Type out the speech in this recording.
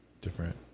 different